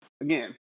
again